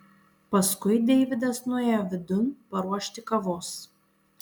paskui deividas nuėjo vidun paruošti kavos